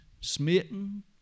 smitten